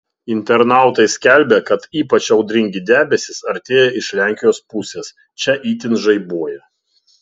internautai skelbia kad ypač audringi debesys artėja iš lenkijos pusės čia itin žaibuoja